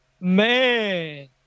man